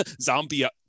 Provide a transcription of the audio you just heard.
zombie